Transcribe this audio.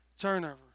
turnover